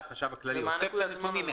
והחשב הכללי אוסף את הנתונים,